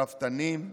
הרפתנים,